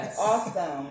Awesome